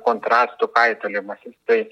kontrastų kaitaliojimasi tai